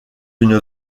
une